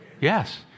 Yes